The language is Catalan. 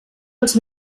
als